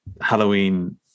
Halloween